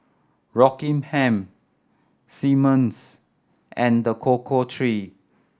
Rockingham Simmons and The Cocoa Trees